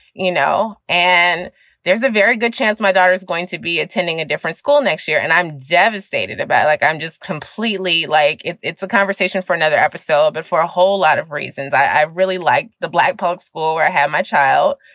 you know, and there's a very good chance my daughter is going to be attending a different school next year. and i'm devastated about like i'm just completely like it's it's a conversation for another episode, but for a whole lot of reasons. i really like the black public school where i have my child.